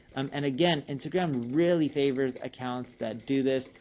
um and again, instagram really favors accounts that do this.